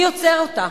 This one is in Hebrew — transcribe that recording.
מי יוצר אותה?